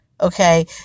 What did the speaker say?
Okay